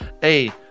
Hey